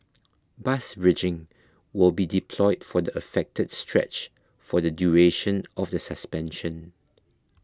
bus bridging will be deployed for the affected stretch for the duration of the suspension